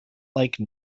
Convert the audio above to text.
like